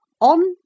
on